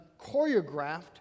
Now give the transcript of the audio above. choreographed